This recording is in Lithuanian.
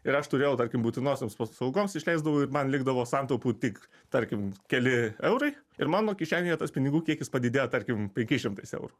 ir aš turėjau tarkim būtinosioms paslaugoms išleisdavau ir man likdavo santaupų tik tarkim keli eurai ir mano kišenėje tas pinigų kiekis padidėjo tarkim penkiais šimtais eurų